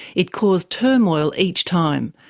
it caused turmoil each time,